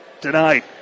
tonight